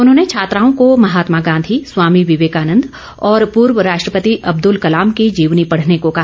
उन्होंने छात्राओं को महात्मा गांधी स्वामी विवेकानन्द और पूर्व राष्ट्रपति अब्दुल कलाम की जीवनी पढ़ने को कहा